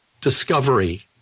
discovery